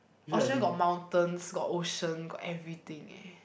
Australia got mountains got ocean got everything eh